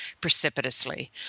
precipitously